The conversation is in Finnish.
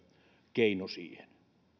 keino siihen